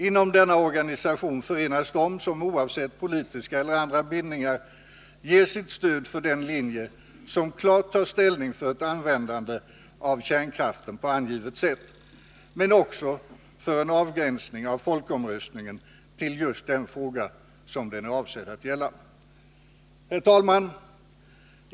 Inom denna organisation förenas de som, oavsett politiska eller andra bindningar, ger sitt stöd för den linje som klart tar ställning för ett användande av kärnkraften på angivet sätt, men också för en avgränsning av folkomröstningen till just den fråga som den är avsedd att gälla. Herr talman!